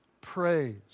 praise